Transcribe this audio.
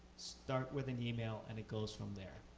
start with an email and it goes from there.